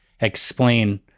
explain